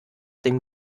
dem